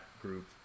group